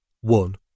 One